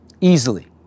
easily